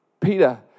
Peter